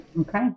Okay